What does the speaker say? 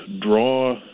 draw